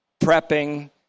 prepping